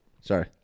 Sorry